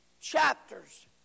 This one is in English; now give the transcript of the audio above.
chapters